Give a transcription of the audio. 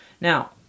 Now